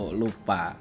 lupa